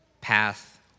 Path